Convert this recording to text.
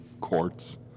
courts